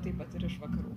taip pat ir iš vakarų